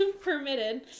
permitted